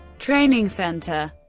training center